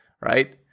right